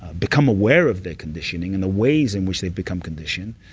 become aware of their conditioning and the ways in which they've become conditioned,